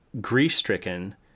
grief-stricken